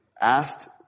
asked